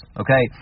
okay